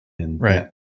Right